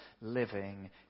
living